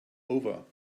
over